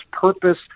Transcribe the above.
purpose